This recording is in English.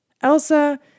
Elsa